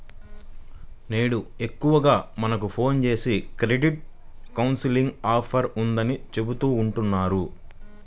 నేడు ఎక్కువగా మనకు ఫోన్ జేసి క్రెడిట్ కౌన్సిలింగ్ ఆఫర్ ఉందని చెబుతా ఉంటన్నారు